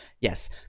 Yes